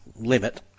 limit